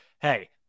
hey